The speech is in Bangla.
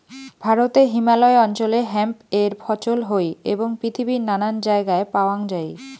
ভারতে হিমালয় অঞ্চলে হেম্প এর ফছল হই এবং পৃথিবীর নানান জায়গায় প্যাওয়াঙ যাই